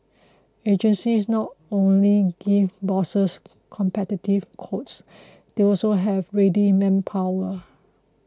agencies not only give bosses competitive quotes they also have ready manpower